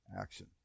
action